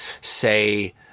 say